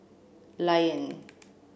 lion